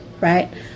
right